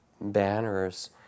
banners